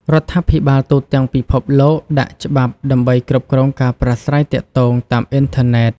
រដ្ឋាភិបាលទូទាំងពិភពលោកដាក់ច្បាប់ដើម្បីគ្រប់គ្រងការប្រាស្រ័យទាក់ទងតាមអ៊ីនធឺណិត។